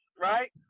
right